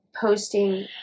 posting